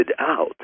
out